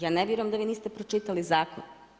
Ja ne vjerujem da vi niste pročitali zakon.